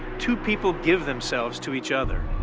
two people give themselves to each other.